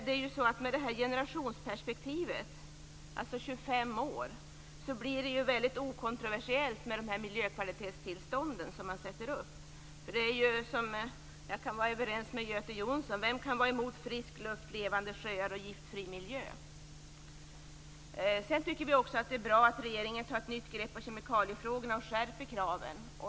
Men med generationsperspektivet på 25 år blir det väldigt okontroversiellt med dessa miljökvalitetstillstånd. Jag kan vara överens med Göte Jonsson: Vem är emot frisk luft, levande sjöar och giftfri miljö? Sedan tycker vi att det är bra att regeringen tar ett nytt grepp om kemikaliefrågorna och skärper kraven.